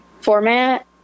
format